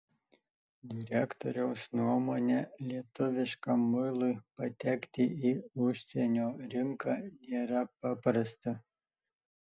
direktoriaus nuomone lietuviškam muilui patekti į užsienio rinką nėra paprasta